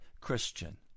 Christian